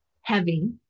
heavy